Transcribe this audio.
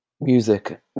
music